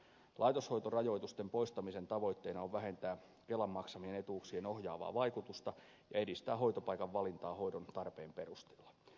laitoshoitorajoitusten poistamisen tavoitteena on vähentää kelan maksamien etuuksien ohjaavaa vaikutusta ja edistää hoitopaikan valintaa hoidon tarpeen perusteella